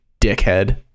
dickhead